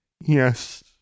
Yes